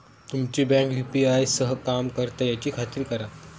तुमची bank UPI सह काम करता याची खात्री करा